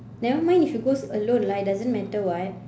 nevermind you should go alone lah it doesn't matter [what]